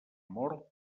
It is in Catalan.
mort